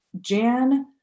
Jan